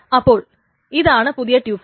അപ്പോൾ ഇതാണ് പുതിയ ട്യൂപിൾ